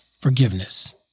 forgiveness